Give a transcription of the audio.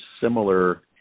similar